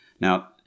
Now